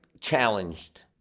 challenged